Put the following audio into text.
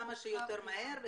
כמה שיותר מהר,